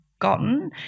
gotten